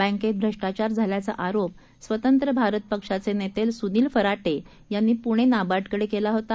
बँकेत भ्रष्टाचार झाल्याचा आरोप स्वतंत्र भारत पक्षाचे नेते सुनील फराटे यांनी पूणे नाबार्डकडे केला होता